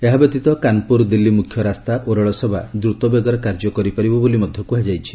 ଏହାବ୍ୟତୀତ କାନ୍ପୁର ଦିଲ୍ଲୀ ମୁଖ୍ୟ ରାସ୍ତା ଓ ରେଳସେବା ଦ୍ରତବେଗରେ କାର୍ଯ୍ୟ କରିପାରିବ ବୋଲି କୁହାଯାଇଛି